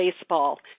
baseball